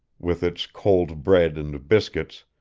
with its cold bread and biscuits,